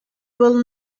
will